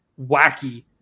wacky